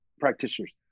practitioners